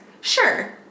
sure